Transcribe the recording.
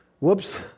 Whoops